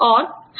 ठीक है